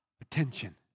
Attention